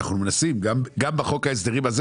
אנחנו מנסים לשנות את זה גם בחוק ההסדרים הזה,